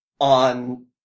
on